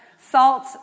Salt